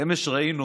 אמש ראינו